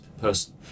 person